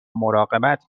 مراقبت